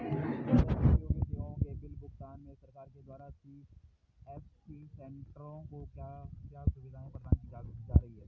जन उपयोगी सेवाओं के बिल भुगतान में सरकार के द्वारा सी.एस.सी सेंट्रो को क्या क्या सुविधाएं प्रदान की जा रही हैं?